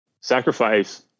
sacrifice